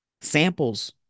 Samples